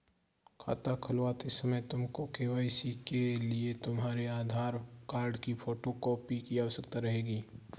खाता खुलवाते समय तुमको के.वाई.सी के लिए तुम्हारे आधार कार्ड की फोटो कॉपी की आवश्यकता रहेगी